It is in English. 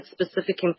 specific